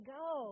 go